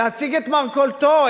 להציג את מרכולתו,